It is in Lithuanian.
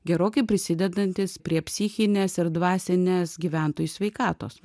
gerokai prisidedantys prie psichinės ir dvasinės gyventojų sveikatos